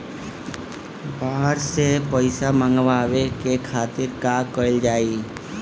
बाहर से पइसा मंगावे के खातिर का कइल जाइ?